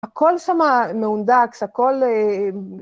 הכל שמה מהונדס, הכל...